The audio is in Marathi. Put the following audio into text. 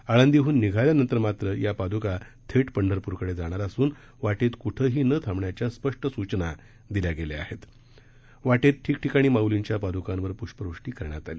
आळंदीहून निघाल्यानंतर मात्र या पादुका थट पंढरप्रकडजिणार असून वाटतकुठंही न थांबण्याच्या स्पष्ट सूचना दिल्या गस्त्रा आहत वाटत्तठिकठिकाणी माउलींच्या पादुकांवर पुष्पवृष्टी करण्यात आली